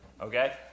Okay